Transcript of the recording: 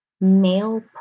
Male